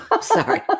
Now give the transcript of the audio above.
Sorry